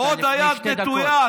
ועוד היד נטויה.